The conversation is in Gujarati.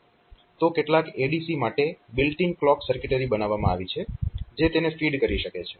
તો કેટલાક ADC માટે બિલ્ટ ઇન ક્લોક સર્કિટરી બનાવવામાં આવી છે જે તેને ફીડ કરી શકે છે